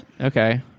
okay